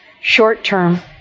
short-term